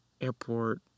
airport